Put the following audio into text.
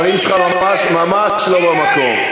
הדברים שלך ממש ממש לא במקום.